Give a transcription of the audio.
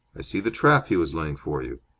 i see the trap he was laying for you.